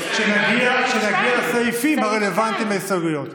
כשנגיע לסעיפים הרלוונטיים להסתייגויות.